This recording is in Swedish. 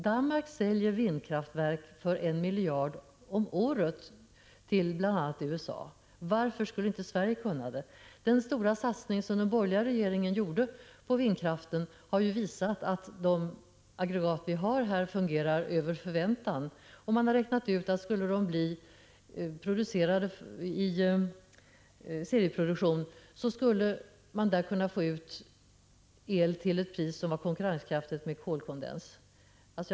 Danmark säljer vindkraftverk för 1 miljard om året till bl.a. USA. Varför skulle inte Sverige kunna göra det? Den stora satsning som den borgerliga regeringen gjorde på vindkraften har ju visat att de aggregat vi har här fungerar över förväntan. Man har räknat ut att skulle de tillverkas i serieproduktion skulle man där kunna få ut el till ett pris som är konkurrenskraftigt i förhållande till kolkondens.